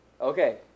Okay